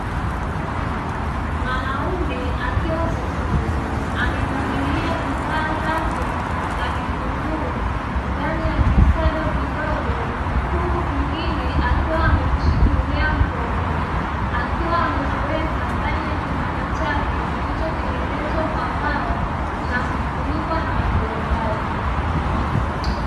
Mwanaume akiwa sokoni amepangilia bidhaa zake za vitunguu ndani ya visado vidogo, huku vingine akiwa amevishikilia mkononi akiwa ameviweka ndani ya kibanda chake kilichotengenezwa kwa mbao na kufunikwa na maturubai.